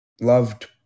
Loved